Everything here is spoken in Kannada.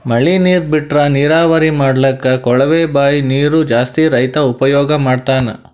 ಮಳಿ ನೀರ್ ಬಿಟ್ರಾ ನೀರಾವರಿ ಮಾಡ್ಲಕ್ಕ್ ಕೊಳವೆ ಬಾಂಯ್ ನೀರ್ ಜಾಸ್ತಿ ರೈತಾ ಉಪಯೋಗ್ ಮಾಡ್ತಾನಾ